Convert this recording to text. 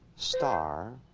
star.